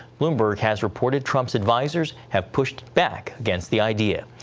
bloomberg has reported trumps advisors have pushed back against the idea.